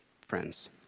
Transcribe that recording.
friends